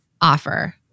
offer